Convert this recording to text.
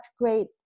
great